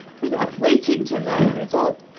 without waiting to learn the result,